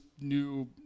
new